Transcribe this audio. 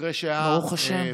אחרי שהיה, ברוך השם.